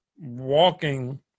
walking